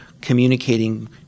communicating